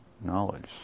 knowledge